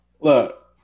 Look